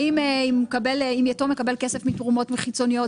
האם יתום מקבל כסף מתרומות חיצוניות,